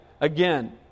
again